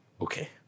Okay